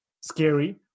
Scary